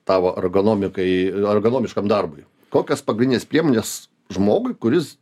tavo ergonomikai ergonomiškam darbui kokios pagrindinės priemonės žmogui kuris